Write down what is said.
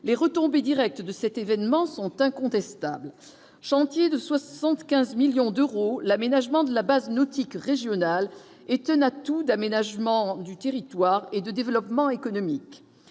les retombées directes, de cet événement sont incontestables, chantier de 75 millions d'euros, l'aménagement de la base nautique régional est un atout d'aménagement du territoire et de développement économique,